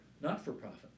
not-for-profit